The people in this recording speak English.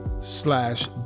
slash